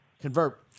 convert